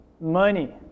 money